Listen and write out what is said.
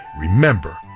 remember